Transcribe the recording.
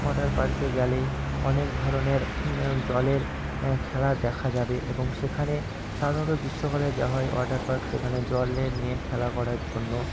water পার্কে গেলে অনেক ধরনের জলের খেলা দেখা যাবে এবং সেখানে সাধারণত গ্রীষ্মকালে যা হয় ওয়াটার পার্ক সেখানে জলে নিয়ে খেলা করার জন্য